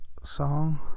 song